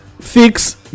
fix